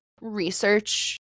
research